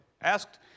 asked